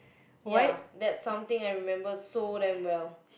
yeah that's something I remember so damn well